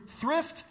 thrift